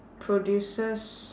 produces